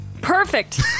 Perfect